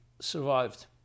survived